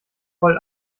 voll